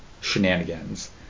shenanigans